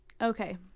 Okay